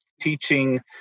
teaching